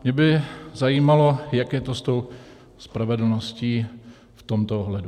Mě by zajímalo, jak je to s tou spravedlností v tomto ohledu.